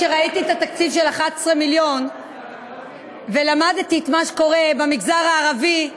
כשראיתי את התקציב של 11 מיליון ולמדתי מה שקורה במגזר הערבי,